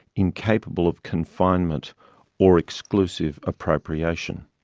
incapable of confinement or exclusive appropriation.